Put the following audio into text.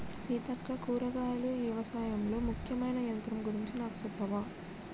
సీతక్క కూరగాయలు యవశాయంలో ముఖ్యమైన యంత్రం గురించి నాకు సెప్పవా